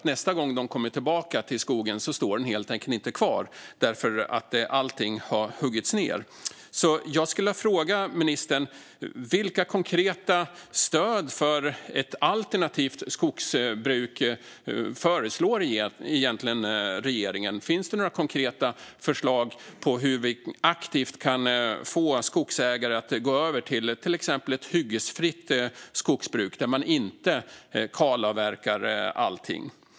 Nästa gång de kommer till skogen står den helt enkelt inte kvar, för allting har huggits ned. Jag skulle vilja fråga ministern: Vilka konkreta stöd för ett alternativt skogsbruk föreslår egentligen regeringen? Finns det några konkreta förslag på hur vi aktivt kan få skogsägare att gå över till exempelvis ett hyggesfritt skogsbruk, där man inte kalavverkar allting?